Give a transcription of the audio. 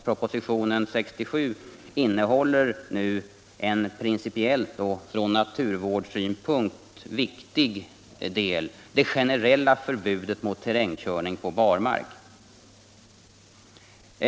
Proposition nr 67 innehåller en principiellt och från naturvårdssynpunkt viktig del, nämligen det generella förbudet mot terrängkörning på barmark.